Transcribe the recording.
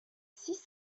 six